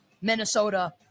Minnesota